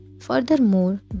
Furthermore